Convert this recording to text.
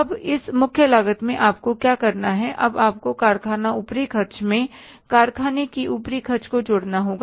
अब इस मुख्य लागत में आपको क्या करना है अब आपको कारखाना ऊपरी खर्च में कारखाने की ऊपरी खर्च को जोड़ना होगा